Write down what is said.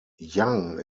yang